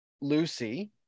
Lucy